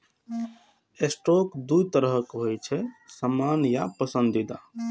stock दू तरहक होइ छै, सामान्य आ पसंदीदा